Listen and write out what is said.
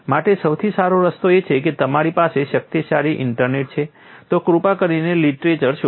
માટે સૌથી સારો રસ્તો એ છે કે તમારી પાસે શક્તિશાળી ઈન્ટરનેટ છે તો કૃપા કરીને લીટરેચર શોધો